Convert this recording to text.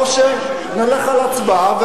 או שנלך על הצבעה,